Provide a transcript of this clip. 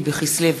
יעקב מרגי,